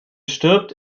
stirbt